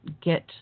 get